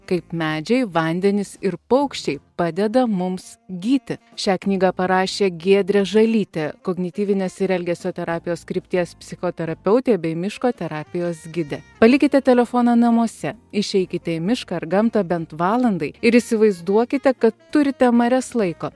kaip medžiai vandenys ir paukščiai padeda mums gyti šią knygą parašė giedrė žalytė kognityvinės ir elgesio terapijos krypties psichoterapeutė bei miško terapijos gidė palikite telefoną namuose išeikite į mišką ar gamtą bent valandai ir įsivaizduokite kad turite marias laiko